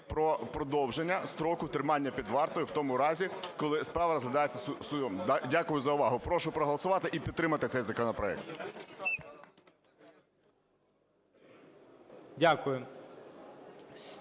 про продовження строку тримання під вартою в тому разі, коли справа розглядається судом. Дякую за увагу. Прошу проголосувати і підтримати цей законопроект.